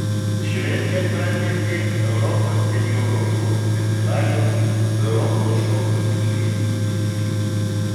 šventę pratęsė europos senjorų šokių festivalio europos šokių pynė dalyviai